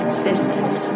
sisters